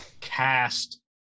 cast